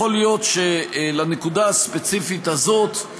יכול להיות שהנקודה הספציפית הזאת,